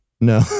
No